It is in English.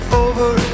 over